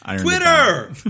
Twitter